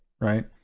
right